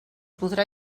podrà